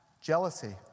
jealousy